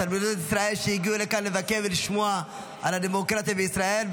תלמידות ישראל שהגיעו לכאן לבקר ולשמוע על הדמוקרטיה בישראל.